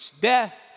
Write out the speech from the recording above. death